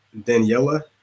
Daniela